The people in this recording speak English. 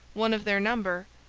one of their number,